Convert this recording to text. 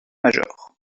majors